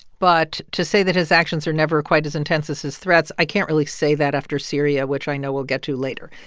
but to say that his actions are never quite as intense as his threats, i can't really say that after syria, which i know we'll get to later.